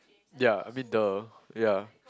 ya a bit the ya